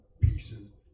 pieces